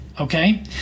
Okay